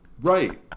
right